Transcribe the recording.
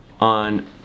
on